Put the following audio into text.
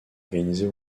organisée